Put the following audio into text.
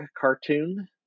cartoon